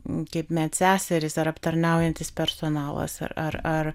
kaip medseserys ar aptarnaujantis personalas ar ar ar